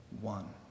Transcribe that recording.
one